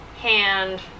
hand